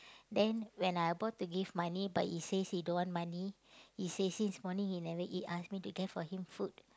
then when I about to give money but he says he don't want money he say since morning he never eat ask me to get for him food